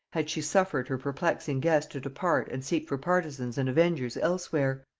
had she suffered her perplexing guest to depart and seek for partisans and avengers elsewhere!